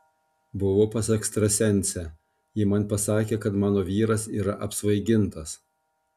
buvau pas ekstrasensę ji man pasakė kad mano vyras yra apsvaigintas